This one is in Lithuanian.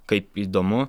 kaip įdomu